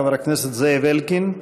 חבר הכנסת זאב אלקין.